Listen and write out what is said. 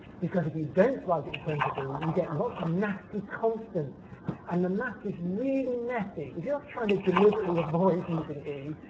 because if you don't write it in terms of e, you get lots of nasty constants and the maths is really messy. if you're trying to deliberately avoid using e,